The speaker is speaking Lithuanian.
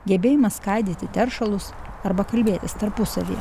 gebėjimas skaidyti teršalus arba kalbėtis tarpusavyje